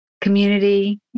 Community